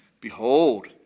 Behold